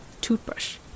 toothbrush